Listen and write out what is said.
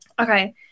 Okay